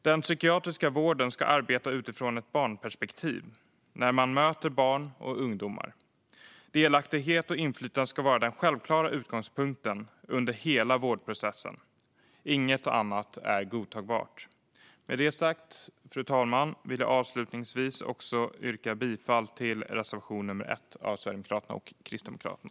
Den psykiatriska vården ska arbeta utifrån ett barnperspektiv när man möter barn och ungdomar. Delaktighet och inflytande ska vara den självklara utgångspunkten under hela vårdprocessen. Inget annat är godtagbart. Med detta sagt, fru talman, vill jag avslutningsvis yrka bifall till reservation nr 1 av Sverigedemokraterna och Kristdemokraterna.